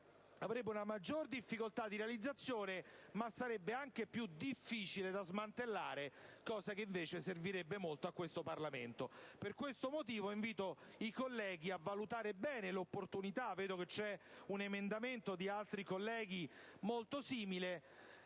avrebbe una maggior difficoltà di realizzazione, ma sarebbe anche più difficile da smantellare, cosa che invece servirebbe molto a questo Parlamento. Per questo motivo invito i colleghi a valutare bene l'opportunità - vedo che c'è un emendamento molto simile